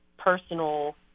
personal